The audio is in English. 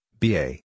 BA